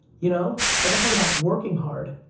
you know, like, i talk about working hard.